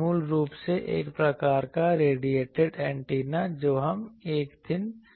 मूल रूप से एक प्रकार का रेडिएटिंग एंटीना जो हम एक दिन देखेंगे